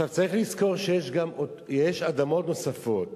צריך לזכור שיש אדמות נוספות